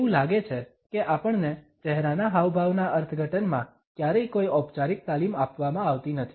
એવું લાગે છે કે આપણને ચહેરાના હાવભાવના અર્થઘટન માં ક્યારેય કોઈ ઔપચારિક તાલીમ આપવામાં આવતી નથી